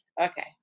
Okay